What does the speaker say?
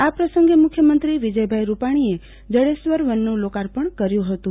આ પ્રસંગે મુખ્યમંત્રી વિજયભાઇ રૂપાણીએ જડેશ્વર વનનું લોકાર્પણ કર્યુ હતું